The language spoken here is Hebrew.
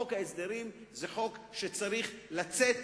חוק ההסדרים זה חוק שצריך לצאת